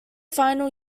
final